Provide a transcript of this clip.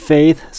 Faith